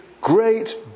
great